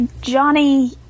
Johnny